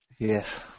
Yes